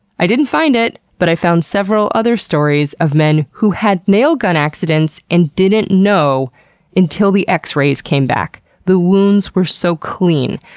i didn't find it, but i found several other stories of men who had nail gun accidents and didn't know until the x-rays came back. the wounds were so clean.